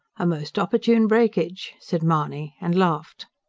a most opportune breakage! said mahony, and laughed.